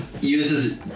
uses